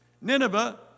Nineveh